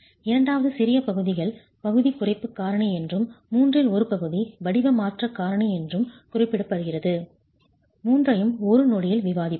இரண்டாவது சிறிய பகுதிகள் பகுதி குறைப்பு காரணி என்றும் மூன்றில் ஒரு பகுதி வடிவ மாற்றக் காரணி என்றும் குறிப்பிடப்படுகிறது மூன்றையும் ஒரு நொடியில் விவாதிப்போம்